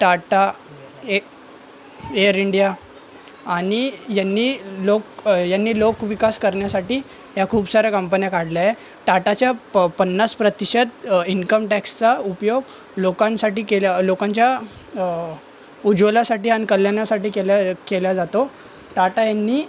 टाटा ए Air India आणि यांनी लोक यांनी लोक विकास करण्यासाठी ह्या खूप साऱ्या कंपन्या काढल्याय टाटाच्या प पन्नास प्रतिशत इन्कम टॅक्सचा उपयोग लोकांसाठी केल्या लोकांच्या उज्वलासाठी आणि कल्याणासाठी केल्या केल्या जातो टाटा यांनी